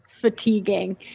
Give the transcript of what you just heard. fatiguing